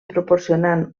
proporcionant